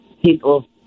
people